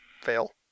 fail